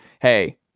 hey